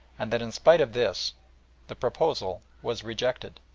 and that in spite of this the proposal was rejected.